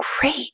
great